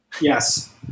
yes